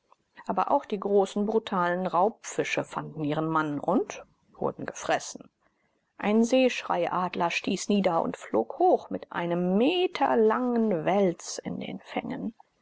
aber auch die großen brutalen raubfische fanden ihren mann und wurden gefressen ein seeschreiadler stieß nieder und flog hoch mit einem meterlangen wels in den fängen